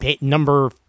number